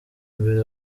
mbere